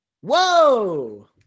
Whoa